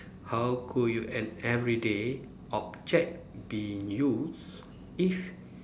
how could you an everyday object be used if